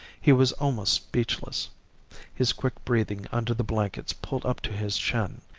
he was almost speechless his quick breathing under the blankets pulled up to his chin,